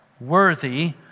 worthy